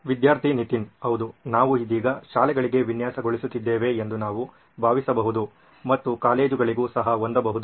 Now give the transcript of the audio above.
ವಿದ್ಯಾರ್ಥಿ ನಿತಿನ್ ಹೌದು ನಾವು ಇದೀಗ ಶಾಲೆಗಳಿಗೆ ವಿನ್ಯಾಸಗೊಳಿಸುತ್ತಿದ್ದೇವೆ ಎಂದು ನಾವು ಭಾವಿಸಬಹುದು ಮತ್ತು ಕಾಲೇಜ್ಗಳಿಗೂ ಸಹ ಹೊಂದಬಹುದು